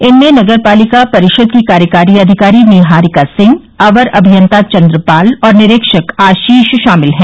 इनमें नगरपालिका परिषद की कार्यकारी अधिकारी नीहारिका सिंह अवर अभियंता चन्द्रपाल और निरीक्षक आशीष शामिल हैं